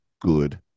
good